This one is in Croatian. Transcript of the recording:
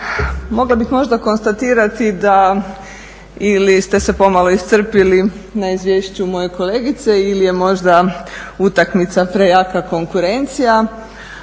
mogla bih možda konstatirati da ili ste se pomalo iscrpili na izvješću moje kolegice ili je možda utakmica prejaka konkurencija.